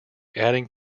adding